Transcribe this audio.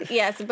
yes